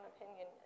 opinion